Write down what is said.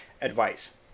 advice